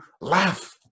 laugh